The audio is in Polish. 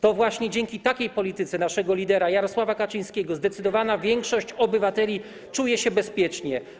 To właśnie dzięki takiej polityce naszego lidera Jarosława Kaczyńskiego zdecydowana większość obywateli czuje się bezpiecznie.